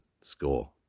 Score